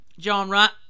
genre